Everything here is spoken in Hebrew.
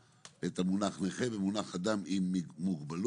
את המונח "נכה" במונח "אדם עם מוגבלות",